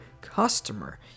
customer